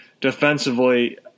defensively